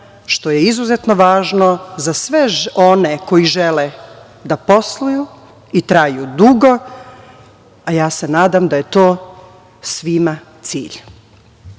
što je izuzetno važno za sve one koji žele da posluju i traju dugo, a ja se nadam da je to svima